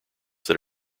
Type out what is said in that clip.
that